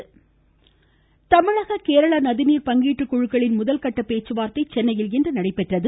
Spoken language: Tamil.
தமிழக கேரள நதிநீர் தமிழக கேரள நதிநீர் பங்கீட்டுக் குழுக்களின் முதற்கட்ட பேச்சுவார்த்தை சென்னையில் இன்று நடைபெற்றது